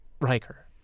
Riker